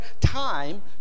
time